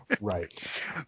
Right